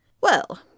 Well